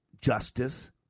justice